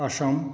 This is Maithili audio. असम